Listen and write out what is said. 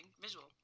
visual